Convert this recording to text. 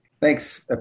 Thanks